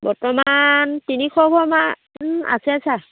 বৰ্তমান তিনিশ ঘৰমান আছে ছাৰ